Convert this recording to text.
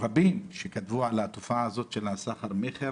שכתבו על התופעה של הסחר מכר